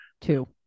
Two